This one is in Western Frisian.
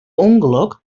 ûngelok